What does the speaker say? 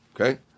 Okay